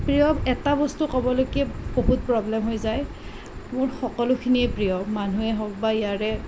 প্ৰিয় এটা বস্তু ক'বলৈকে বহুত প্ৰবলেম হৈ যায় মোৰ সকলোখিনিয়েই প্ৰিয় মানুহেই হওক বা ইয়াৰে